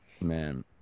Man